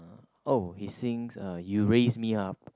oh he sings uh you raise me up